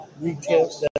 retail